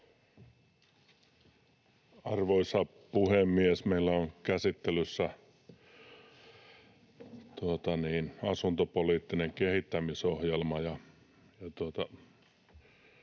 Arvoisa puhemies! Toivon, että tämä asuntopoliittinen kehittämisohjelma,